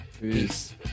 Peace